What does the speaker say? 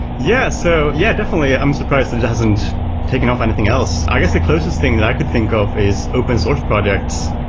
yeah! so yeah, definitely. i'm surprised it it hasn't taken off anything else. i guess the closest thing that i could think of is open source projects,